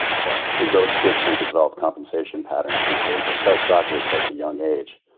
okay. because those kids tend to develop compensation patterns, because they start soccer at such a young age,